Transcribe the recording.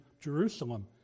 Jerusalem